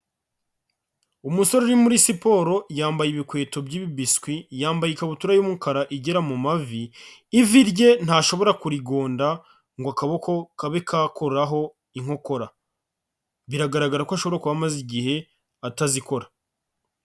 Umusore uri muri siporo yambaye ibikweto by'ibibiswi yambaye ikabutura y'umukara igera mu mavi, ivi rye ntashobora kurigonda ngo akaboko kabe kakoraho inkokora. Biragaragara ko ashobora kuba amaze igihe atazikora.